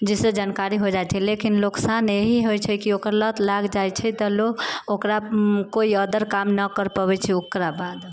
जिससे जानकारी हो जाइ छै लेकिन नुकसान इएह होइ छै कि ओकर लत लागि जाइ छै तऽ लोग ओकरा कोइ अदर काम नऽ कर पबै छै ओकरा बाद